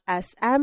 SM